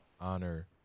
honor